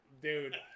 Dude